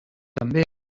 també